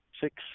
six